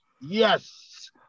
yes